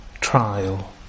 trial